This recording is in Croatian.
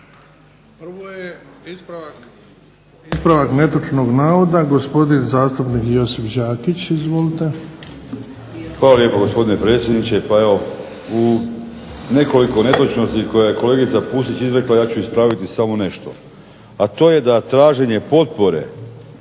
Prvo je ispravak netočnog navoda gospodin zastupnik Josip Đakić. Izvolite. **Đakić, Josip (HDZ)** Hvala lijepo gospodine predsjedniče. Pa evo u nekoliko netočnosti koje je kolegica Pusić izrekla, ja ću ispraviti samo nešto, a to je da traženje potpore